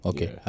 Okay